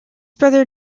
brother